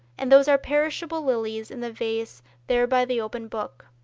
and those are perishable lilies in the vase there by the open book.